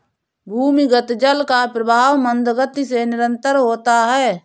भूमिगत जल का प्रवाह मन्द गति से निरन्तर होता है